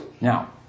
Now